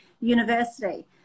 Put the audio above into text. University